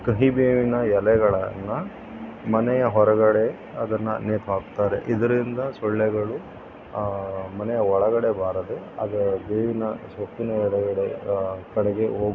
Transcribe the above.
ಕಹಿಬೇವಿನ ಎಲೆಗಳನ್ನು ಮನೆಯ ಹೊರಗಡೆ ಅದನ್ನು ನೇತುಹಾಕ್ತಾರೆ ಇದರಿಂದ ಸೊಳ್ಳೆಗಳು ಮನೆಯ ಒಳಗಡೆ ಬಾರದೆ ಅದೇ ಬೇವಿನ ಸೊಪ್ಪಿನ ಹೊರಗಡೆ ಕಡೆಗೆ ಹೋ